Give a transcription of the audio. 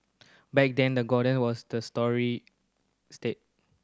back then the Garden was the story state